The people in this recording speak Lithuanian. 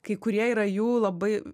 kai kurie yra jų labai